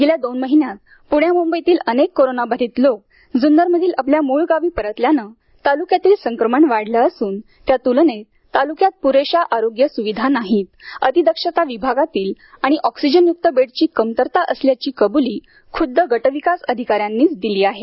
गेल्या दोन महिन्यात पुण्या मुंबईतील अनेक कोरोनाबाधित लोक जुन्नरमधील आपल्या मूळ गावी परतल्याने तालुक्यातील संक्रमण वाढलं असून त्या तुलनेत तालुक्यात पुरेशा आरोग्य सुविधा नाहीत अतिदक्षता विभागातील आणि ऑक्सिजनयुक्त बेडची कमतरता असल्याची कबुली खुद्द गटविकास अधिकाऱ्यांनीच दिली आहे